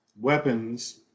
weapons